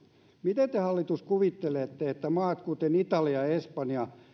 miten te hallitus kuvittelette että maat kuten italia ja espanja